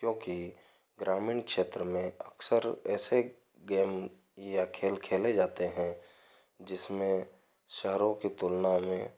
क्योंकि ग्रामीण क्षेत्र में अक्सर ऐसे गेम या खेल खेले जाते हैं जिसमें शहरों की तुलना में